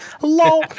Hello